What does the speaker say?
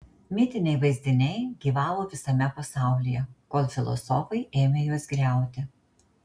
mitiniai vaizdiniai gyvavo visame pasaulyje kol filosofai ėmė juos griauti